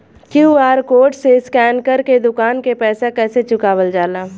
QR code से स्कैन कर के दुकान के पैसा कैसे चुकावल जाला?